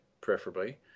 preferably